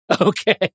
Okay